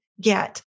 get